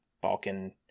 Balkan